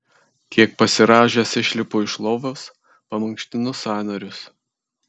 kiek pasirąžęs išlipu iš lovos pamankštinu sąnarius